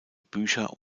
bücher